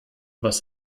was